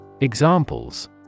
Examples